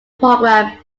program